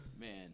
man